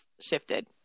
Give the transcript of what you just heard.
shifted